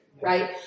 right